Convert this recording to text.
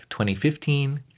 2015